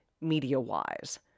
media-wise